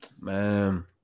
man